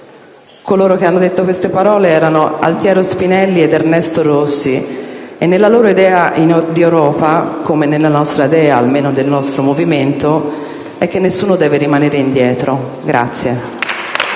Coloro che hanno pronunciato queste parole erano Altiero Spinelli ed Ernesto Rossi e, nella loro idea di Europa, come nella nostra, almeno del nostro Movimento, nessuno deve rimanere indietro.